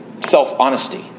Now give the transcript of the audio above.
self-honesty